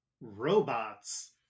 Robots